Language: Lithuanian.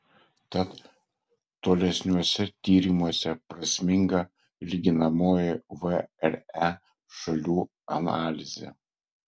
tad tolesniuose tyrimuose prasminga lyginamoji vre šalių analizė